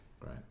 Right